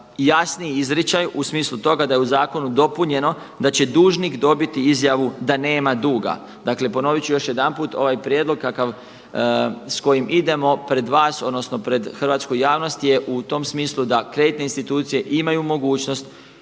jasniji izričaj u smislu toga da je u zakonu dopunjeno da će dužnik dobiti izjavu da nema duga. Dakle ponovit ću još jedanput, ovaj prijedlog s kojim idemo pred vas odnosno pred hrvatsku javnost je u tom smislu da kreditne institucije imaju mogućnost